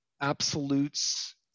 absolutes